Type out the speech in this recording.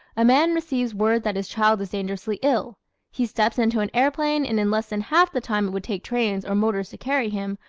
a man receives word that his child is dangerously ill he steps into an airplane and in less than half the time it would take trains or motors to carry him,